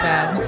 Bad